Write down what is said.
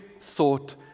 thought